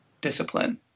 discipline